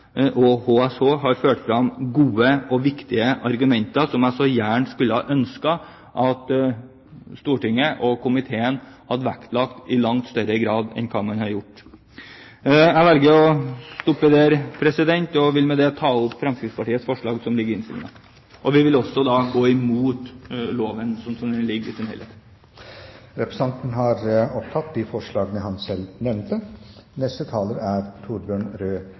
så gjerne skulle ha ønsket at Stortinget og komiteen hadde vektlagt i langt større grad enn hva man har gjort. Jeg velger å stoppe der og vil med dette ta opp Fremskrittspartiets forslag som ligger i innstillingen. Vi vil også gå imot loven slik som den ligger i sin helhet. Representanten Robert Eriksson har tatt opp det forslaget han refererte til. Høyre føler seg forpliktet av pensjonsforliket, og det er